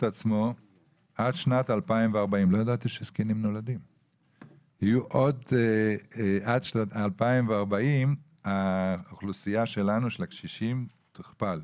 עצמו עד שנת 2040. עד שנת 2040 אוכלוסיית הקשישים תוכפל,